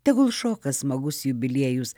tegul šoka smagus jubiliejus